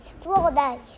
Florida